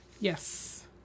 Yes